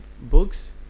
books